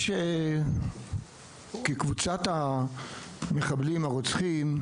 כקבוצת המחבלים הרוצחים,